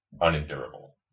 unendurable